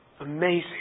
Amazing